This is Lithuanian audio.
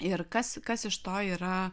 ir kas kas iš to yra